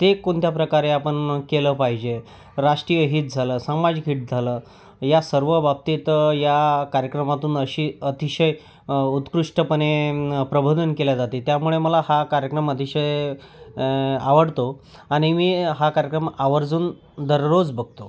ते कोणत्या प्रकारे आपण केलं पाहिजे राष्ट्रीय हित झालं सामाजिक हिट झालं या सर्व बाबतीत या कार्यक्रमातून असे अतिशय उत्कृष्टपणे प्रबोधन केले जाते त्यामुळे मला हा कार्यक्रम अतिशय आवडतो आणि मी हा कार्यक्रम आवर्जून दररोज बघतो